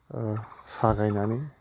साहा गायनानै